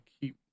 keep